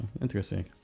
interesting